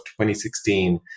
2016